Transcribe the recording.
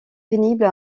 pénible